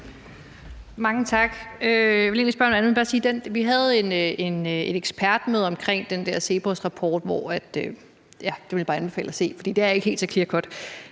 andet. Vi havde et ekspertmøde omkring den der CEPOS-rapport, og det vil jeg bare anbefale at man ser, for det er ikke helt så clear-cut.